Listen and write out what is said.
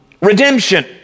Redemption